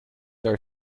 are